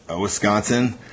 Wisconsin